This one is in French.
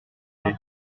est